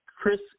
Chris